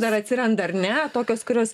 dar atsiranda ar ne tokios kurios